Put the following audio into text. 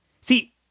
See